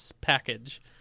package